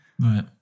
right